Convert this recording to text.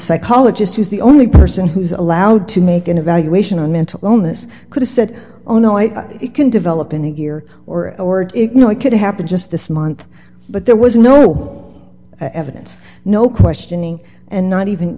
psychologist who's the only person who's allowed to make an evaluation on mental illness could've said oh no i can develop in a year or you know it could happen just this month but there was no evidence no questioning and not even